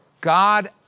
God